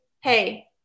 hey